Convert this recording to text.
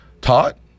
taught